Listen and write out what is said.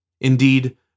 Indeed